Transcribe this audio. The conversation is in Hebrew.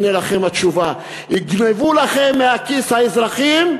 הנה לכם התשובה: יגנבו לכם מהכיס, האזרחים,